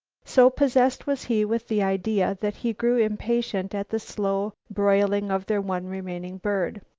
so possessed was he with the idea that he grew impatient at the slow broiling of their one remaining bird.